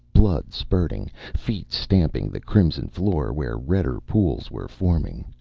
blood spurting, feet stamping the crimson floor where redder pools were forming.